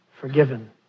forgiven